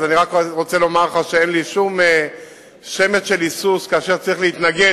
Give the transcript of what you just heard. אז אני רק רוצה לומר לך שאין לי שום שמץ של היסוס כאשר צריך להתנגד,